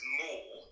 more